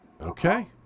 Okay